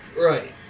Right